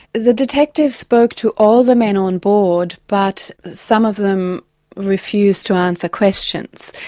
the detectives spoke to all the men on board, but some of them refused to answer questions,